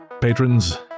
Patrons